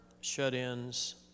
shut-ins